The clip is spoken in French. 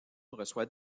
reçoit